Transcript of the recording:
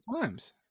times